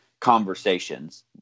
conversations